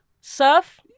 Surf